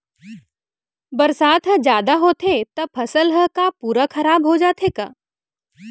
बरसात ह जादा होथे त फसल ह का पूरा खराब हो जाथे का?